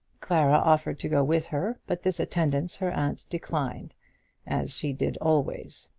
clara offered to go with her, but this attendance her aunt declined as she did always.